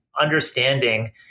understanding